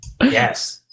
Yes